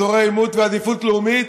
אזורי עימות ועדיפות לאומית,